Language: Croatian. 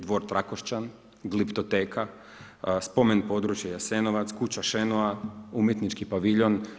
Dvor Trakošćan, Gliptoteka, spomen područje Jasenovac, kuća Šenoa, Umjetnički paviljon.